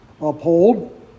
uphold